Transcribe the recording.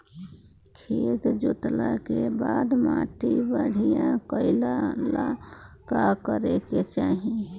खेत जोतला के बाद माटी बढ़िया कइला ला का करे के चाही?